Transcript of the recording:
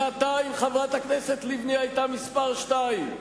שנתיים חברת הכנסת לבני היתה מספר שתיים.